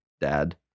dad